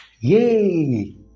Yay